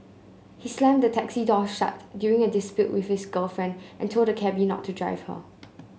he slammed the taxi door shut during a dispute with his girlfriend and told the cabby not to drive her